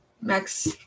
Max